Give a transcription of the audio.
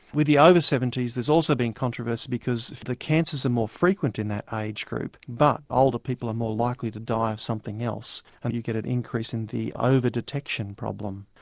with the over seventy s there's also been controversy because the cancers are more frequent in that age group, but older people are more likely to die of something else, and you get an increase in the over-detection problem.